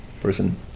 person